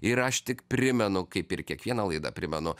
ir aš tik primenu kaip ir kiekvieną laidą primenu